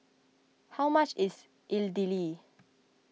how much is Idili